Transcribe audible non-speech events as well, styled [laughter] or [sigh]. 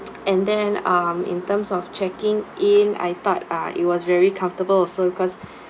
[noise] and then um in terms of checking in I thought uh it was very comfortable also cause